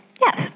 Yes